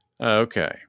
Okay